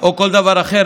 או כל דבר אחר.